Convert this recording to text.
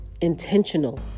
intentional